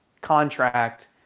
contract